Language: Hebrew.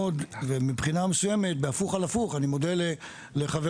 מבחינה מסוימת בהפוך על הפוך אני מודה לחבריי